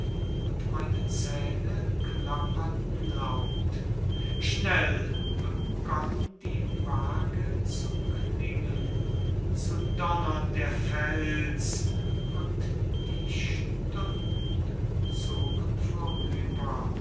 und meine zähne klapperten laut schnell begonn die waage zu klingen zu donnern der fels und die stunden zogen vorüber